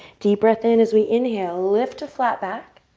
deep breath in as we inhale. lift to flat back.